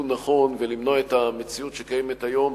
נכון ולמנוע את המציאות שקיימת היום,